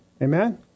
Amen